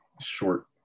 short